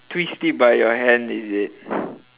twist it by your hand is it